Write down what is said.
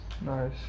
Nice